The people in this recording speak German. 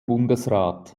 bundesrat